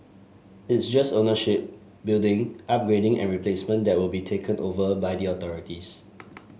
it's just ownership building upgrading and replacement that will be taken over by the authorities